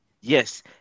Yes